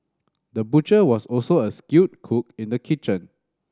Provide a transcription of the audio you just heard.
the butcher was also a skilled cook in the kitchen